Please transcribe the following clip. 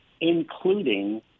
including